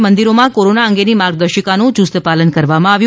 જો કે મંદિરોમાં કોરોના અંગેની માર્ગદર્શિકાનું યુસ્ત પાલન કરવામાં આવ્યું